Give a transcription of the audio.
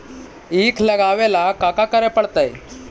ईख लगावे ला का का करे पड़तैई?